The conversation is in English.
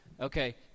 Okay